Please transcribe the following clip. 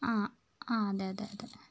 ആ അ അതെ അതെ അതെയതെ